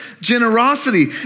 generosity